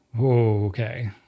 Okay